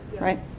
right